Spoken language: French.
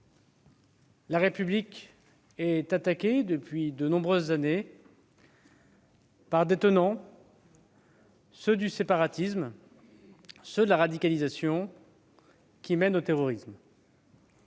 la République est attaquée depuis de nombreuses années par des tenants, ceux du séparatisme, ceux de la radicalisation qui mène au terrorisme.